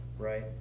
Right